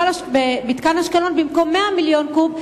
במתקן אשקלון במקום 100 מיליון קוב,